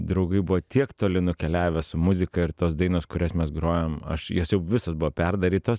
draugai buvo tiek toli nukeliavę su muzika ir tos dainos kurias mes grojom aš jos jau visos buvo perdarytos